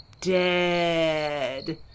Dead